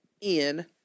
in-